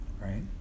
Right